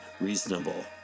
reasonable